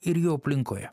ir jo aplinkoje